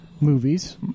movies